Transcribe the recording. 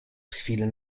chwilę